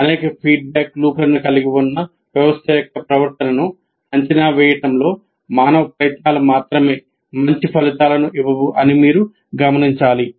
అనేక ఫీడ్బ్యాక్ లూప్లను కలిగి ఉన్న వ్యవస్థ యొక్క ప్రవర్తనను అంచనా వేయడంలో మానవ ప్రయత్నాలు మాత్రమే మంచి ఫలితాలను ఇవ్వవు అని మీరు గమనించాలి